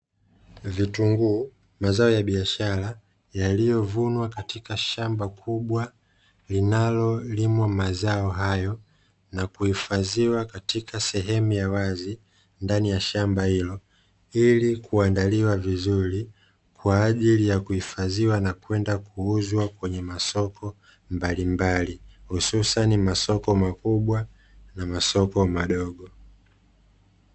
Vitunguu, mazao ya biashara yaliyovunwa katika shamba kubwa linalolimwa mazao hayo na kuhifadhiwa katika sehemu ya wazi ndani ya shamba hilo; ili kuandaliwa vizuri kwa ajili ya kuhifadhiwa na kwenda kuuzwa kwenye masoko mbalimbali hususani masoko makubwa na masoko madogo.